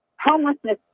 homelessness